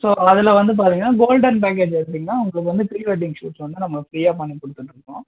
so அதில் வந்து பார்த்தீங்கனா கோல்டன் பேக்கேஜ் பார்த்தீங்கனா உங்களுக்கு வந்து ப்ரீ வெட்டிங் ஷூட் வந்து நம்ம ஃப்ரீயாக பண்ணி கொடுத்துட்ருக்கோம்